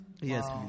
Yes